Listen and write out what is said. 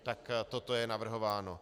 Tak toto je navrhováno.